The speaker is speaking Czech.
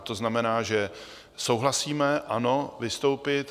To znamená, že souhlasíme ano, vystoupit.